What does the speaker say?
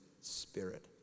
spirit